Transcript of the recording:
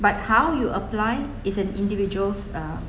but how you apply is an individual's uh